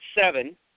seven